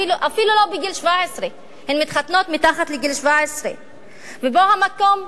אפילו לא בגיל 17. הן מתחתנות מתחת לגיל 17. ופה המקום,